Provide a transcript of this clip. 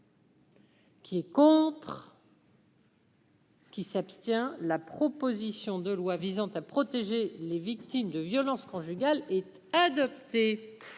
Qui est contre. Qui s'abstient la proposition de loi visant à protéger les victimes de violences conjugales et adopté,